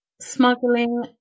smuggling